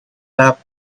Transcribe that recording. flap